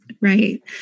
right